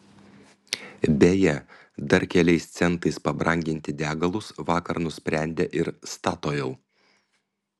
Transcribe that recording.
beje dar keliais centais pabranginti degalus vakar nusprendė ir statoil